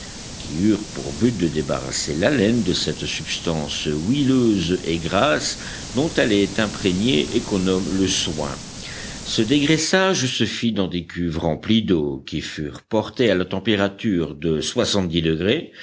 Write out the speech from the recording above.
qui eurent pour but de débarrasser la laine de cette substance huileuse et grasse dont elle est imprégnée et qu'on nomme le suint ce dégraissage se fit dans des cuves remplies d'eau qui furent portées à la température de soixantedix degrés